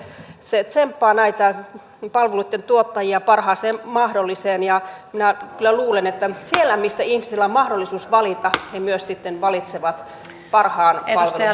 se tsemppaa näitä palveluitten tuottajia parhaaseen mahdolliseen ja minä kyllä luulen että siellä missä ihmisillä on mahdollisuus valita he myös sitten valitsevat parhaan palvelun